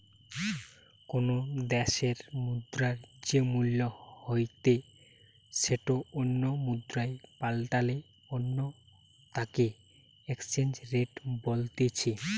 কোনো দ্যাশের মুদ্রার যেই মূল্য হইতে সেটো অন্য মুদ্রায় পাল্টালে তাকে এক্সচেঞ্জ রেট বলতিছে